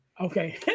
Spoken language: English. Okay